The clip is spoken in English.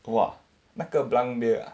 !wah! 那个 Blanc beer ah